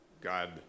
God